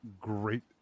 great